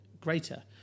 greater